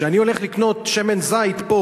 כשאני הולך לקנות שמן זית פה,